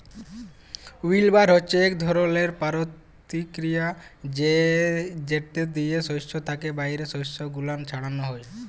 উইল্লবার হছে ইক ধরলের পরতিকিরিয়া যেট দিয়ে সস্য থ্যাকে বাহিরের খসা গুলান ছাড়ালো হয়